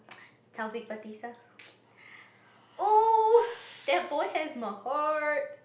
Taufik Batisah !oo! that boy has my heart